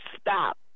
stop